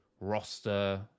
roster